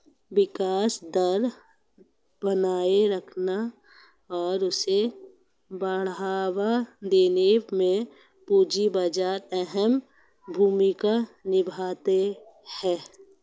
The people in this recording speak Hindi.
विकास दर बनाये रखने और उसे बढ़ावा देने में पूंजी बाजार अहम भूमिका निभाता है